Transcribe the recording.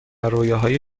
رویاهای